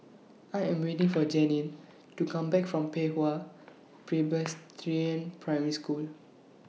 I Am waiting For Janine to Come Back from Pei Hwa Presbyterian Primary School